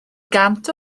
gant